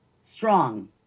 strong